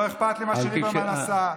לא אכפת לי מה שליברמן עשה.